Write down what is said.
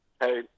Hey